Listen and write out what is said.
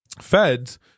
Fed's